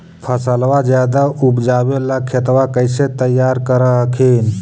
फसलबा ज्यादा उपजाबे ला खेतबा कैसे तैयार कर हखिन?